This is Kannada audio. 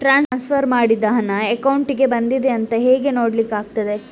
ಟ್ರಾನ್ಸ್ಫರ್ ಮಾಡಿದ ಹಣ ಅಕೌಂಟಿಗೆ ಬಂದಿದೆ ಅಂತ ಹೇಗೆ ನೋಡ್ಲಿಕ್ಕೆ ಆಗ್ತದೆ?